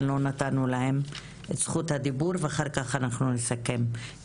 לא שמענו אותם ואחר כך אנחנו נסכם את הדיון,